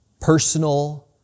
personal